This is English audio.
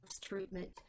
treatment